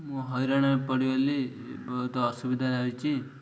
ମୁଁ ହଇରାଣ ପଡ଼ିଗଲି ବହୁତ ଅସୁବିଧା ରହିଛି